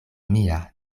mia